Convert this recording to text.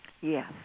Yes